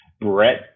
brett